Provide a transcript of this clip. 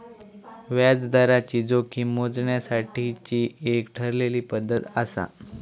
व्याजदराची जोखीम मोजण्यासाठीची एक ठरलेली पद्धत आसा